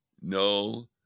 no